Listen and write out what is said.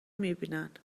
میبینن